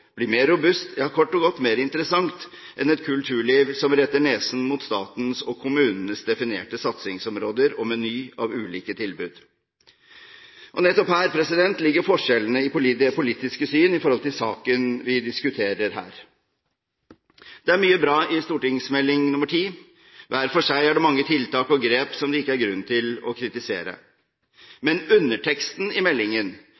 blir mer robust, ja, kort og godt blir mer interessant enn et kulturliv som retter nesen mot statens og kommunenes definerte satsingsområder og meny av ulike tilbud. Nettopp her ligger forskjellene i det politiske syn når det gjelder den saken vi diskuterer her. Det er mye bra i Meld. St. 10. Hver for seg er det mange tiltak og grep som det ikke er grunn til å kritisere, men underteksten i meldingen